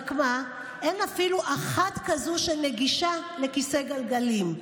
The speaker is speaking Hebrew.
רק מה, אין אפילו אחת כזאת שנגישה לכיסא גלגלים.